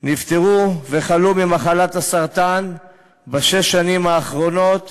חלו ונפטרו ממחלת הסרטן בשש השנים האחרונות